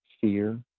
fear